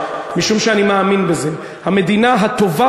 משום שאני מאמין בזה: המדינה הטובה